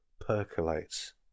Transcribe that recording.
percolates